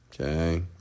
Okay